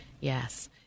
yes